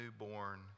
newborn